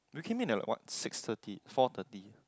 we came in at like what six thirty four thirty